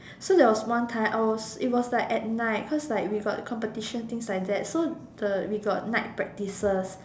so there was one time I was it was like at night cause like we got competition things like that so the we got night practices